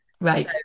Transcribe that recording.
Right